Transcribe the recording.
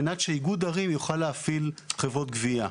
על מנת שאיגוד ערים יוכל להפעיל חברות גבייה.